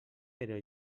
però